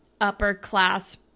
upper-class